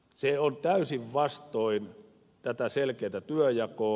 se on täysin vastoin tätä selkeätä työnjakoa